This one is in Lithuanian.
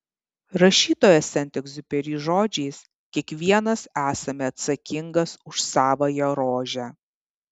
rašytojo sent egziuperi žodžiais kiekvienas esame atsakingas už savąją rožę